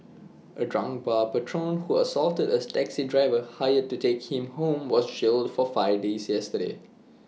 A drunk bar patron who assaulted A taxi driver hired to take him home was jailed for five days yesterday